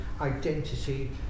identity